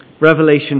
Revelation